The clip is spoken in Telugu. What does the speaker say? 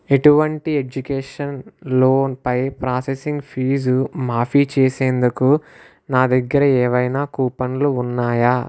ఎటువంటి ఎడ్యుకేషన్ లోన్ పై ప్రాసెసింగ్ ఫీజు మాఫీ చేసేందుకు నా దగ్గర ఏవైనా కూపన్లు ఉన్నాయా